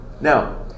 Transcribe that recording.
now